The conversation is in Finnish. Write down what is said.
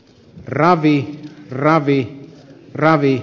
ravit ravi ravit